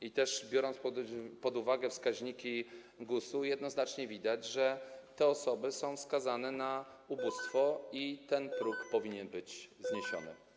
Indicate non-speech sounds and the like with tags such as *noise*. Gdy weźmiemy pod uwagę wskaźniki GUS-u, jednoznacznie widać, że te osoby są skazane na ubóstwo *noise* i ten próg powinien być zniesiony.